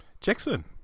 jackson